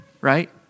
right